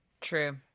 True